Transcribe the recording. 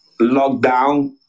lockdown